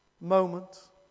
moment